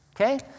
Okay